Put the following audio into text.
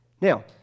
Now